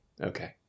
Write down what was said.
Okay